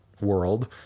world